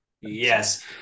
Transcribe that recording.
Yes